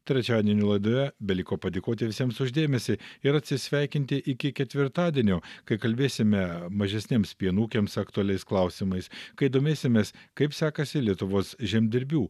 trečiadienio laidoje beliko padėkoti visiems už dėmesį ir atsisveikinti iki ketvirtadienio kai kalbėsime mažesniems pieno ūkiams aktualiais klausimais kai domėsimės kaip sekasi lietuvos žemdirbių